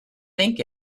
think